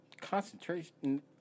Concentration